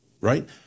right